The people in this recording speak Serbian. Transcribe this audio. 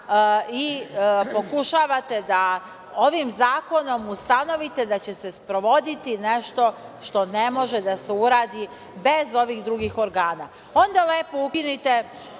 i pokušavate da ovim zakonom ustanovite da će se sprovoditi nešto što ne može da se uradi bez ovih drugih organa. Onda lepo ukinite